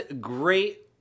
great